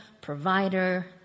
provider